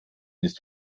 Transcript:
ist